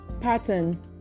pattern